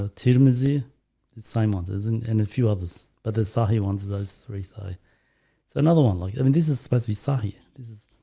ah tiramisu assignment is and in a few others, but this ah, he wants those three thigh so another one like i mean, this is supposed to be sorry. this is